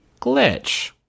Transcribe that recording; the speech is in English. glitch